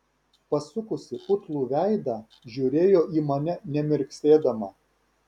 pasukusi putlų veidą žiūrėjo į mane nemirksėdama